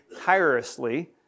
tirelessly